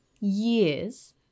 years